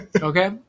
Okay